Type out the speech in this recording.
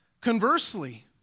Conversely